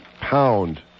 pound